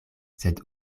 sed